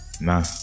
Nah